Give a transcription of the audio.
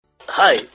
Hi